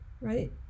Right